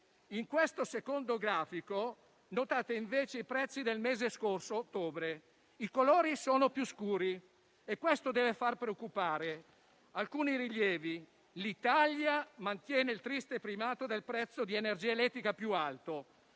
In questo secondo grafico, notate invece i prezzi del mese scorso, ottobre: i colori sono più scuri e questo deve far preoccupare. Faccio alcuni rilievi. L'Italia mantiene il triste primato del prezzo di energia elettrica più alto.